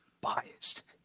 biased